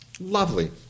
Lovely